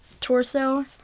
torso